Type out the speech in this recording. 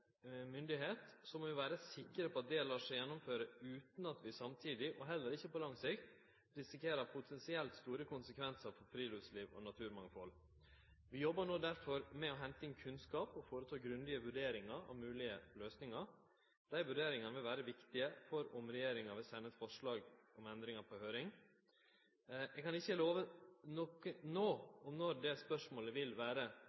må vi vere sikre på at det lèt seg gjennomføre utan at vi samtidig – og heller ikkje på lang sikt – risikerer potensielt store konsekvensar for friluftsliv og naturmangfald. Vi jobbar no derfor med å hente inn kunnskap og føreta grundige vurderingar av moglege løysingar. Dei vurderingane vil vere viktige for om regjeringa vil sende eit forslag om endringar på høyring. Eg kan ikkje love noko no om når det spørsmålet vil vere